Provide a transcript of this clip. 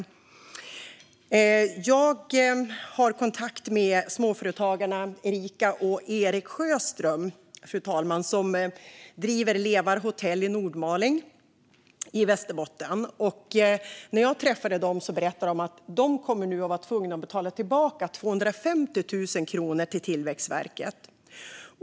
Jag har kontakt med småföretagarna Erica och Erik Sjöström, som driver Levar Hotell i Nordmaling i Västerbotten. När jag träffade dem berättade de att de nu är tvungna att betala 250 000 kronor till Tillväxtverket.